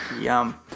Yum